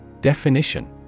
Definition